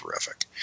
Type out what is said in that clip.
terrific